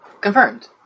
Confirmed